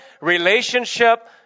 relationship